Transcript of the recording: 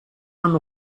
hanno